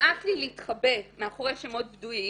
נמאס לי להתחבא מאחורי שמות בדויים.